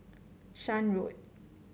Shan Road